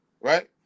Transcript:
right